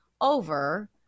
over